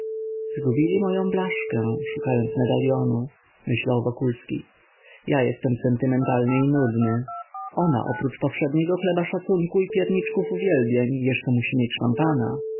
zgubili moję blaszkę szukając medalionu myślał wokulski ja jestem sentymentalny i nudny ona oprócz powszedniego chleba szacunku i pierniczków uwielbień jeszcze musi mieć szampana